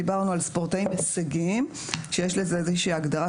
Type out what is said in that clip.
דיברנו על ספורטאים הישגיים שיש לזה איזושהי הגדרה,